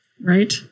right